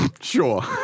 Sure